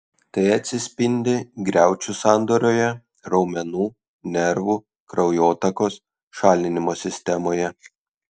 tai atsispindi griaučių sandaroje raumenų nervų kraujotakos šalinimo sistemoje